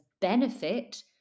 benefit